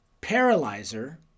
Paralyzer